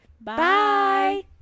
Bye